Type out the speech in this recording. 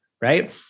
right